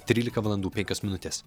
trylika valandų penkios minutės